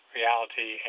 Reality